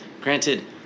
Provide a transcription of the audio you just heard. granted